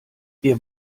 wir